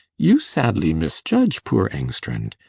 you sadly misjudge poor engstrand.